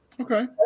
Okay